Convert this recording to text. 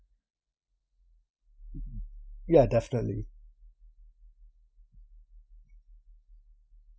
ya definitely